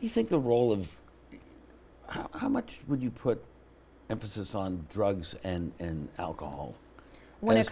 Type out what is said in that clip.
you think the role of how much would you put emphasis on drugs and alcohol when it